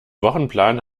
wochenplan